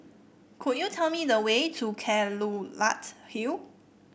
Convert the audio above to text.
could you tell me the way to Kelulut Hill